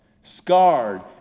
scarred